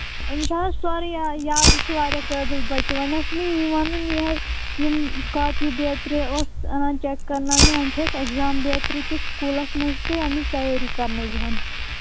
أمِس چھُ حظ سٲری یا یاد یہِ چھُ حظ واریاہ قٲبِل بَچہٕ وۅنۍ حظ اوس مےٚ یہِ وَنُن یِہَے یِم کاپی بیترِ اوس اَنان چیک کَرناونہِ وۅنۍ چھُ اَسہِ اٮ۪کزام بیترِ تہٕ سکوٗلَس منٛز تہٕ اَمِچ تَیٲری